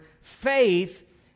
faith